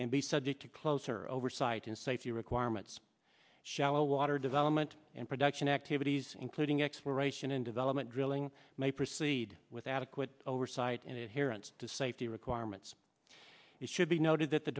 and be subject to closer oversight and safety requirements shallow water development and production activities including exploration and development drilling may proceed with adequate oversight and it here and to safety requirements it should be noted that the